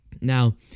Now